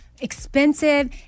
expensive